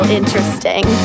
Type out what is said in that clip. interesting